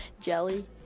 jelly